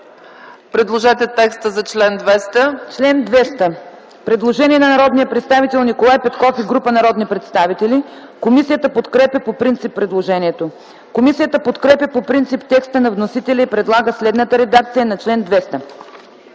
предложете текста за чл. 200. ДОКЛАДЧИК ГАЛИНА МИЛЕВА: Предложение от народния представител Николай Петков и група народни представители за чл. 200. Комисията подкрепя по принцип предложението. Комисията подкрепя по принцип текста на вносителя и предлага следната редакция на чл. 200: